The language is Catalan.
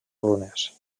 runes